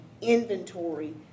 inventory